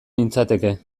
nintzateke